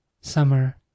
Summer